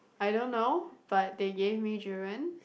I don't know but they gave me Durian